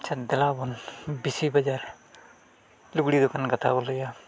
ᱟᱪᱪᱷᱟ ᱫᱮᱞᱟᱵᱚᱱ ᱵᱮᱥᱤ ᱵᱟᱡᱟᱨ ᱞᱩᱜᱽᱲᱤ ᱫᱚᱠᱟᱱ ᱠᱟᱛᱷᱟ ᱵᱚᱱ ᱞᱟᱹᱭᱟ